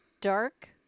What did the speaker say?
dark